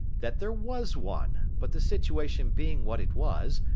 that there was one, but the situation being what it was,